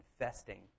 infesting